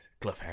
Cliffhanger